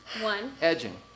Edging